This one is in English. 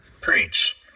Preach